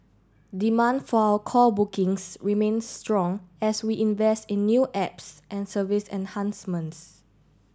demand for our call bookings remains strong as we invest in new apps and service enhancements